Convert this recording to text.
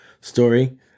story